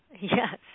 yes